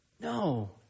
No